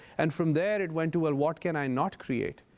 and from there it went to, well, what can i not create?